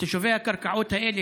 לתושבי הקרקעות האלה.